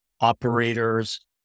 operators